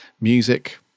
music